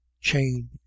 chain